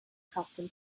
custom